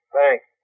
Thanks